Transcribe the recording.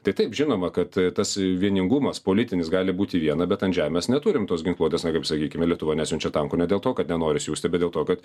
tai taip žinoma kad tas vieningumas politinis gali būti viena bet ant žemės neturim tos ginkluotės na kaip sakykime lietuva nesiunčia tankų ne dėl to kad nenori siųsti bet dėl to kad